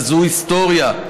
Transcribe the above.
וזאת היסטוריה.